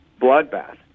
bloodbath